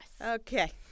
Okay